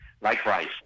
Likewise